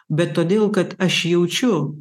bet todėl kad aš jaučiu